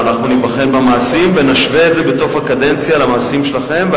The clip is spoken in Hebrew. אנחנו ניבחן במעשים ונשווה את זה בסוף הקדנציה למעשים שלכם,